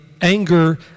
anger